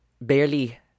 barely